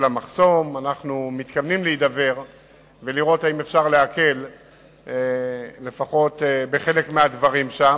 אנחנו מתכוונים להידבר ולראות אם אפשר להקל לפחות בחלק מהדברים שם.